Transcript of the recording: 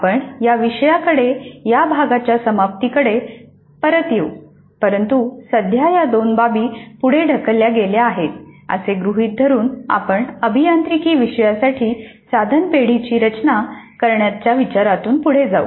आपण या विषयाकडे या भागाच्या समाप्तीकडे परत येऊ परंतु सध्या या दोन बाबी पुढे ढकलल्या गेल्या आहेत असे गृहीत धरून आपण अभियांत्रिकी विषयासाठी साधन पेढीची रचना करण्याच्या विचारातून पुढे जाऊ